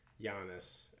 Giannis –